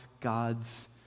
God's